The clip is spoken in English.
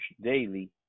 daily